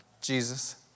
Jesus